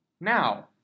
now